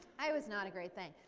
i was not a great thing.